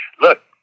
look